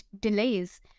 delays